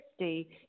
60